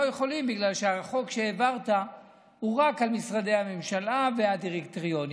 יכולים בגלל שהחוק שהעברתי הוא רק על משרדי הממשלה והדירקטוריונים,